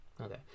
Okay